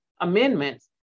amendments